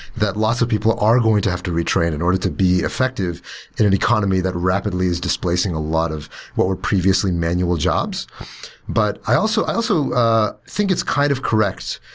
that lots of people are going to have to retrain in order to be effective in an economy that rapidly is displacing a lot of what were previously manual jobs but i also i also think it's kind of correct.